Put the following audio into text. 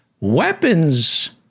Weapons